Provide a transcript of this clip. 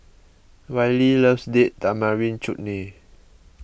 Wylie loves Date Tamarind Chutney